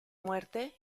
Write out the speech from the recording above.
muerte